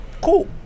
cool